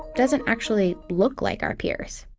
doesn't actually look like our peers?